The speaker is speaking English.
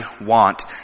want